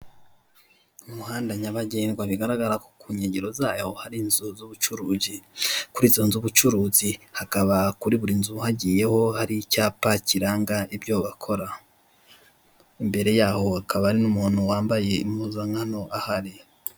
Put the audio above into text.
Umuhanda nyabagendwa bigaragara ko ku nkengero zawo hari inzu z'ubucuruzi kuri izo nzu z'ubucuruzi hakaba kuri buri inzu hagiyeho hari icyapa kiranga ibyo bakora, imbere yaho hakaba hari n'umuntu wambaye impuzankano ahari.